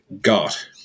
got